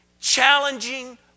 challenging